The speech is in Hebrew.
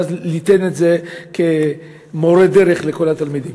ואז ליתן את זה כמורה דרך לכל התלמידים.